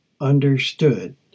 understood